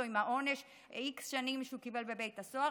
עם העונש של איקס שנים שהוא קיבל בבית הסוהר,